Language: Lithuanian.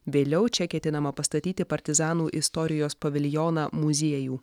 vėliau čia ketinama pastatyti partizanų istorijos paviljoną muziejų